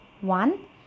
One